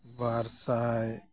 ᱵᱟᱨᱥᱟᱭ